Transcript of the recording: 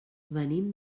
venim